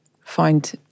find